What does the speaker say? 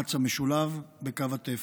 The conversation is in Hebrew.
למאמץ המשולב בקו התפר.